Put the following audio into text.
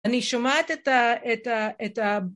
אני שומעת את ה...